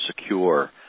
secure